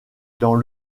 dans